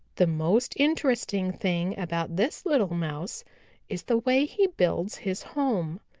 the most interesting thing about this little mouse is the way he builds his home.